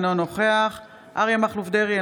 אינו נוכח אריה מכלוף דרעי,